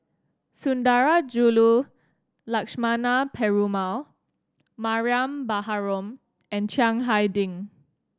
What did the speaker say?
Sundarajulu Lakshmana Perumal Mariam Baharom and Chiang Hai Ding